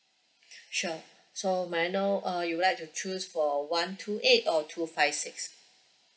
sure so may I know uh you would like to choose for one two eight or two five six